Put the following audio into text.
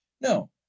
No